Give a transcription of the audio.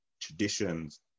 traditions